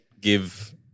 give